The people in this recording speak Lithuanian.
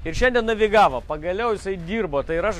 ir šiandien navigavo pagaliau jisai dirbo ir aš